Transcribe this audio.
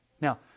Now